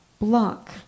Block